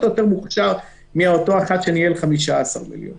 יותר מוכשר מאותו אחד שניהל 15 מיליון,